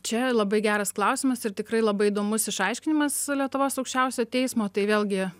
čia labai geras klausimas ir tikrai labai įdomus išaiškinimas lietuvos aukščiausiojo teismo tai vėlgi